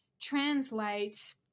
translate